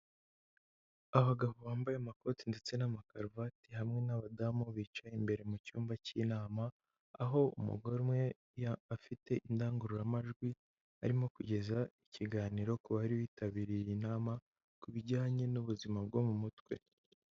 Abagabo bambaye amakoti ndetse n'amakaruvati hamwe n'abadamu bicaye imbere mu cyumba cy'inama, aho umugore umwe afite indangururamajwi arimo kugeza ikiganiro ku bari bitabiriye inama ku bijyanye n'ubuzima bwo mu mutwe.